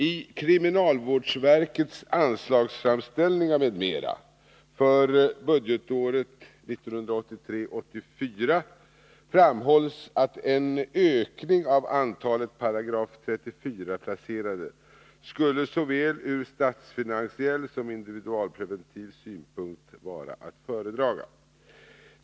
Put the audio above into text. I kriminalvårdsverkets anslagsframställningar m.m. för budgetåret 1983/ 84 framhålls att en ökning av antalet 34 §-placerade skulle såväl ur statsfinansiell som ur individualpreventiv synpunkt vara att föredra.